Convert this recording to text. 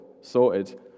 sorted